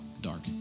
dark